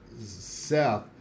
Seth